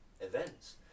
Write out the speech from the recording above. Events